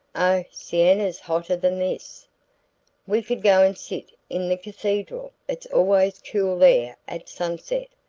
oh, siena's hotter than this. we could go and sit in the cathedral it's always cool there at sunset.